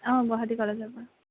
অঁ গুৱাহাটী কলেজৰ পৰা